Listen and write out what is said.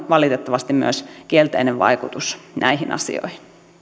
valitettavasti kielteinen vaikutus myös näihin asioihin